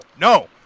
no